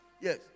Yes